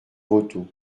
voto